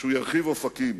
שהוא ירחיב אופקים.